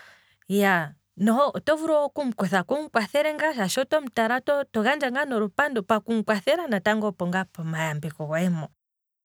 Iyaa noho oto vulu oku mukuthako wumu kwathele ngaa shaashi otomu tala to gandja ngaa nolupandu, shaashi pokumu kwathela opo ngaa pomayambeko gohe ngoo.